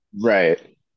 Right